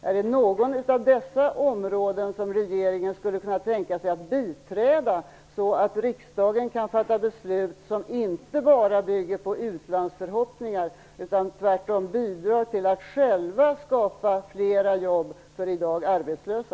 Är det något av dessa områden som regeringen skulle kunna tänka sig att biträda, så att riksdagen kan fatta beslut som inte bara bygger på utlandsförhoppningar, utan tvärtom bidrar till att skapa flera jobb för i dag arbetslösa?